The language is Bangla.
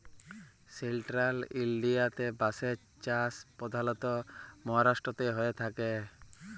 সেলট্রাল ইলডিয়াতে বাঁশের চাষ পধালত মাহারাষ্ট্রতেই হঁয়ে থ্যাকে